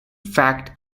fact